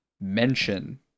mention